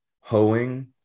hoeing